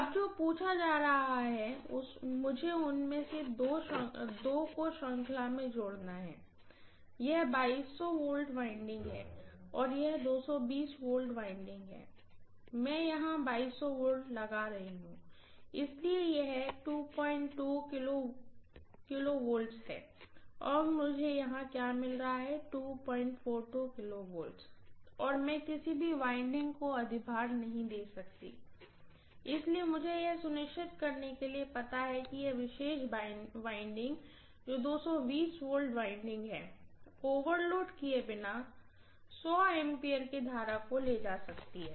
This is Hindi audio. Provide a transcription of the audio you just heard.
अब जो पूछा जा रहा है मुझे उनमें से दो को श्रृंखला में जोड़ना है यह V वाइंडिंग है और यह V वाइंडिंग है मैं यहां V लगा रही हूँ इसलिए यह kV है और मुझे यहां क्या मिल रहा है kV और मैं किसी भी वाइंडिंग को अधिभार नहीं दे सकती इसलिए मुझे यह सुनिश्चित करने के लिए पता है कि यह विशेष वाइंडिंग जो V वाइंडिंग है ओवरलोड किए बिना A के करंट को ले जा सकता है